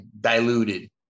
diluted